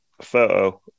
photo